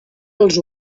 els